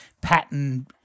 pattern